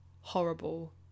horrible